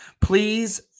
Please